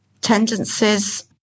tendencies